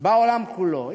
בעולם כולו.